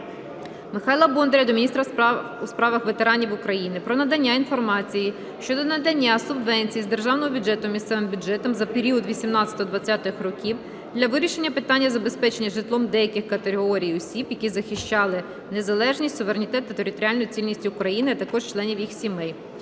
Михайла Бондаря до міністра у справах ветеранів України про надання інформації щодо надання субвенції з державного бюджету місцевим бюджетам за період 2018-2020 років для вирішення питання забезпечення житлом деяких категорій осіб, які захищали незалежність, суверенітет та територіальну цілісність України, а також членів їх сімей.